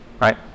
right